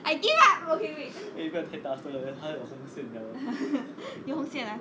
I give up okay wait 有红线啊